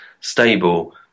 stable